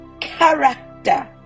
Character